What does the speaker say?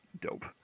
dope